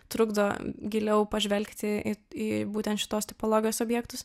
trukdo giliau pažvelgti į būtent šitos tipologijos objektus